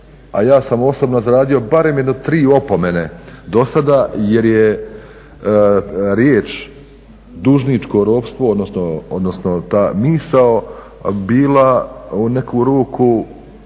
a ja sam osobno zaradio barem jedno tri opomene dosada jer je riječ dužničko ropstvo odnosno ta misao bila u neku ruku